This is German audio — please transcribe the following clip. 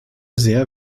sehr